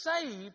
saved